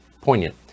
poignant